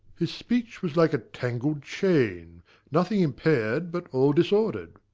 his speech was like a tangled chain nothing im paired, but all disordered.